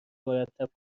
مرتب